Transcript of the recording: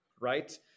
Right